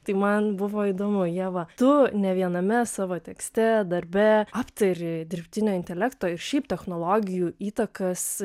tai man buvo įdomu ieva tu ne viename savo tekste darbe aptari ir dirbtinio intelekto ir šiaip technologijų įtakas